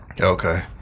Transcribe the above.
okay